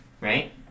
right